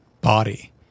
body